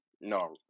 No